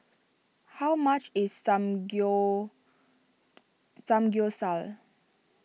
how much is Samgyeopsal